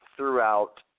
throughout